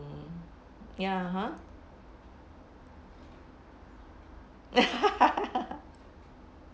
ya ha